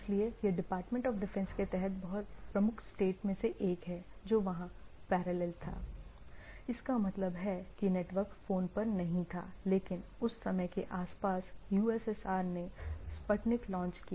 इसलिए यह department of defence के तहत प्रमुख स्टेट् में से एक है जो वहां पैरेलल था इसका मतलब है कि नेटवर्क फोन पर नहीं था लेकिन उस समय के आसपास यूएसएसआर ने स्पुतनिक लॉन्च किया